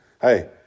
Hey